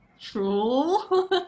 True